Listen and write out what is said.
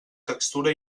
textura